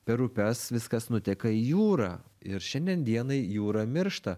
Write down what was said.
per upes viskas nuteka į jūrą ir šiandien dienai jūra miršta